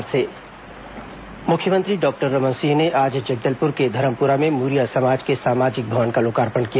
मुख्यमंत्री जगदलपुर मुख्यमंत्री डॉक्टर रमन सिंह ने आज जगदलपुर के धरमपुरा में मुरिया समाज के सामाजिक भवन का लोकार्पण किया